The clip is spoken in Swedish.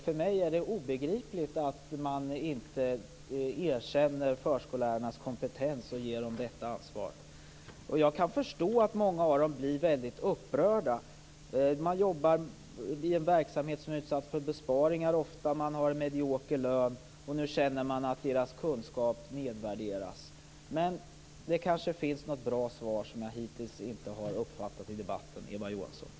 För mig är det obegripligt att man inte erkänner förskollärarnas kompetens och ger dem detta ansvar. Jag kan förstå att många av dem blir väldigt upprörda. De jobbar i en verksamhet som ofta är utsatt för besparingar, de har en medioker lön och nu känner de att deras kunskap nedvärderas. Men det finns kanske något bra svar på detta som jag hittills inte har uppfattat i debatten, Eva Johansson.